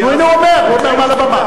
הנה הוא אומר, הוא אומר מעל הבמה.